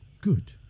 Good